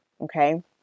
okay